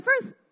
first